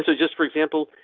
so just for example,